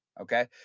Okay